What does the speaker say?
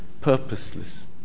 purposeless